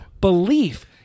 belief—